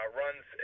runs